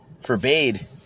forbade